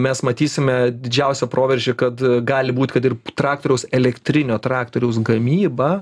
mes matysime didžiausią proveržį kad gali būt kad ir traktoriaus elektrinio traktoriaus gamyba